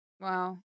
Wow